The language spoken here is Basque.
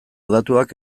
datuak